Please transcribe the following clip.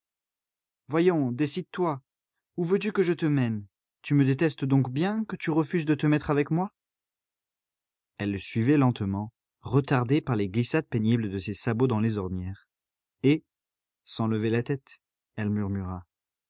voyons décide-toi où veux-tu que je te mène tu me détestes donc bien que tu refuses de te mettre avec moi elle le suivait lentement retardée par les glissades pénibles de ses sabots dans les ornières et sans lever la tête elle murmura